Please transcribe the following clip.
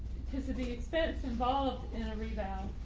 because of the expense involved in a rebound.